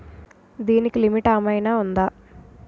దీనికి లిమిట్ ఆమైనా ఉందా?